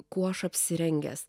kuo aš apsirengęs